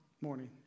Morning